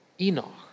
Enoch